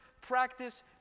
practice